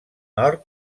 nord